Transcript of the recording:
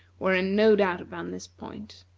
were in no doubt upon this point.